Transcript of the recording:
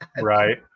Right